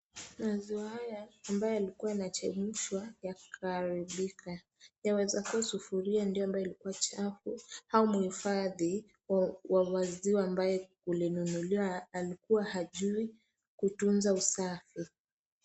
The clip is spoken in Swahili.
Maziwa haya ambayo yalikua yanachemshwa yakaharibika, yawezakua sufuria ndio ambayo ilikua chafu au mhifadhi wa maziwa ambaye ulinunuliwa alikuwa hajui kutunza usafi.